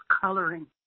coloring